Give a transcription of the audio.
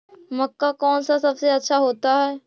मक्का कौन सा सबसे अच्छा होता है?